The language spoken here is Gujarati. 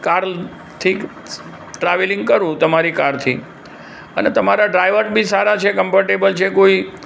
કારથી ટ્રાવેલિંગ કરું તમારી કારથી અને તમારા ડ્રાઈવર બી સારા છે કમ્ફર્ટેબલ છે કોઈ